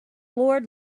lord